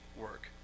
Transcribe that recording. work